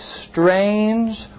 strange